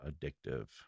addictive